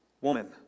woman